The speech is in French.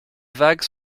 vagues